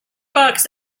bucks